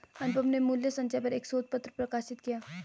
अनुपम ने मूल्य संचय पर एक शोध पत्र प्रकाशित किया